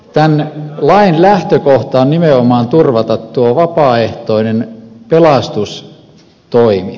tämän lain lähtökohta on nimenomaan turvata vapaaehtoinen pelastustoimi